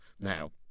now